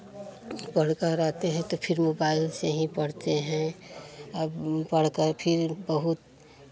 पढ़कर आते हैं तो फिर मोबाइल से ही पढ़ते हैं अब पढ़कर फिर बहुत